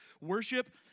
worship